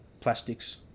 plastics